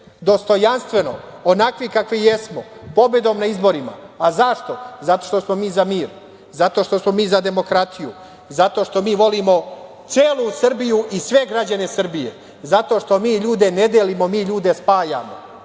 Dostojanstveno, onakvi kakvi jesmo, pobedom na izborima.Zašto? Zato što smo mi za mir. Zato što smo mi za demokratiju. Zato što mi volimo celu Srbiju i sve građane Srbije. Zato što mi ljude ne delimo, mi ljude spajamo.